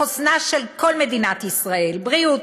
לחוסנה של כל מדינת ישראל: בריאות,